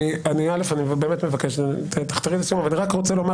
אני באמת מבקש לחתור לסיום אבל אני רק רוצה לומר